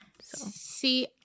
See